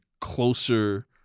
closer